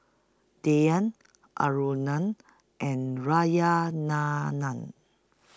Dhyan Aruna and Narayana Nam